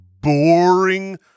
boring